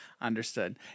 Understood